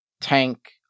tank